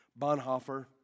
Bonhoeffer